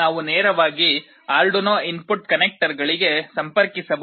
ನಾವು ನೇರವಾಗಿ Arduino input ಕನೆಕ್ಟರ್ಗಳಿಗೆ ಸಂಪರ್ಕಿಸಬಹುದು